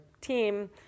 team